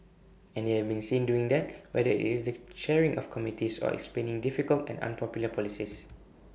and they have been seen doing that whether IT is the chairing of committees or explaining difficult and unpopular policies